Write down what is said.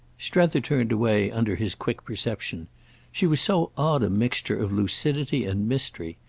strether turned away under his quick perception she was so odd a mixture of lucidity and mystery.